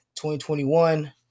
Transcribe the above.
2021